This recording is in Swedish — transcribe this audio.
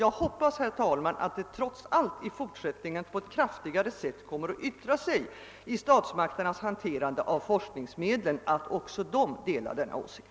Jag hoppas att det av statsmakternas hanterande av frågan om forskningen rörande massmedia starkare än hittills i fortsättningen kommer att framgå att man också på detta håll delar utskottets åsikt.